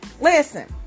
Listen